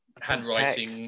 handwriting